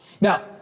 Now